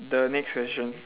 the next question